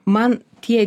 man tie